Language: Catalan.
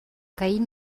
caín